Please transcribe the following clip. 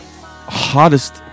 Hottest